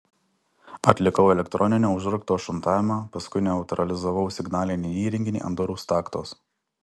atlikau elektroninio užrakto šuntavimą paskui neutralizavau signalinį įrenginį ant durų staktos